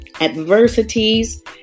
adversities